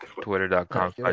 twitter.com